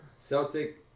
Celtic